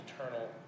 eternal